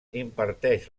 imparteix